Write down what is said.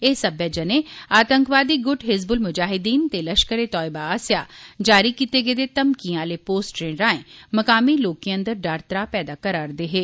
एह् सब्बै जने आतंकवादी गुट हिज़बुल मुजाहिद्दीन ते लश्करे तैयबा आसेआ जारी कीते गेदे घमकिए आह्ले पोस्टरें राए मुकामी लोकें अंदर डर त्राह पैदा करा'रदे हे